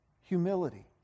humility